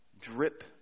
drip